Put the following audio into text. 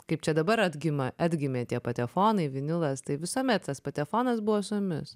kaip čia dabar atgima atgimė tie patefonai vinilas tai visuomet tas patefonas buvo su jumis